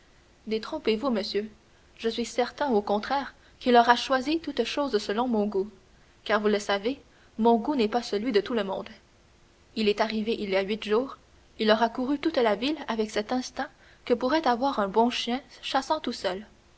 monsieur je suis certain au contraire qu'il aura choisi toutes choses selon mon goût car vous le savez mon goût n'est pas celui de tout le monde il est arrivé il y a huit jours il aura couru toute la ville avec cet instinct que pourrait avoir un bon chien chassant tout seul